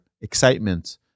excitement